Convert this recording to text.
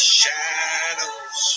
shadows